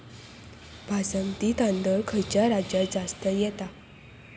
बासमती तांदूळ खयच्या राज्यात जास्त येता?